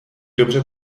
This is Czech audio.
dobře